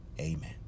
Amen